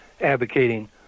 advocating